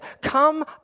come